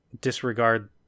disregard